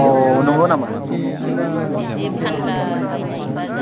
अ नंगौ नामा आस्सा